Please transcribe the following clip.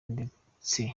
ndetse